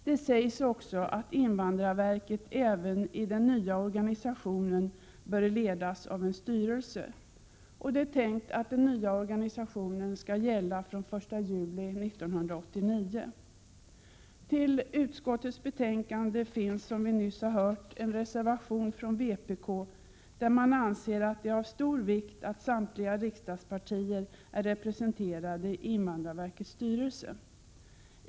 Det sägs också att invandrarverket även med den nya organisationen bör ledas av en styrelse. Det är tänkt att den nya organisationen skall gälla från 1 juli 1989. Till utskottets betänkande finns, som vi nyss har hört, en reservation från vpk. Det partiet anser att det är av stor vikt att samtliga riksdagspartier är representerade i invandrarverkets styrelse.